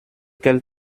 quelle